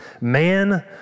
man